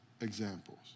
examples